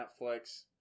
Netflix